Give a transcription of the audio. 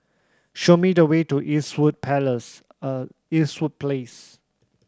show me the way to Eastwood Palace